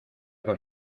con